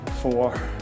four